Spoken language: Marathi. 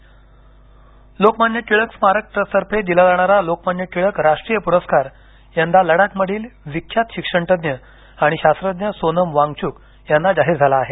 टिळक प्रर्कार लोकमान्य टिळक स्मारक ट्रस्टतर्फे दिला जाणारा लोकमान्य टिळक राष्ट्रीय पुरस्कार यंदा लडाखमधील विख्यात शिक्षणतज्ज्ञ आणि शास्त्रज्ञ सोनम वांगच्क यांना जाहीर झाला आहे